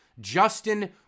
Justin